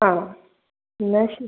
ആ എന്നാൽ ശരി